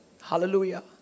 Hallelujah